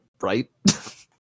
right